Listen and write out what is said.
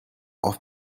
oft